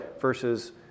versus